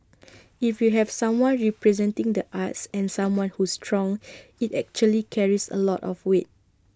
if you have someone representing the arts and someone who's strong IT actually carries A lot of weight